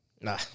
Nah